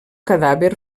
cadàver